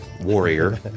warrior